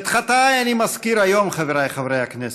חברי הכנסת,